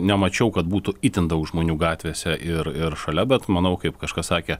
nemačiau kad būtų itin daug žmonių gatvėse ir ir šalia bet manau kaip kažkas sakė